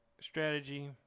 strategy